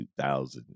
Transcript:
2000